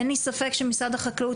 אין לי ספק שמשרד החקלאות,